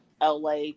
LA